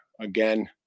again